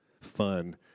fun